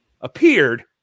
appeared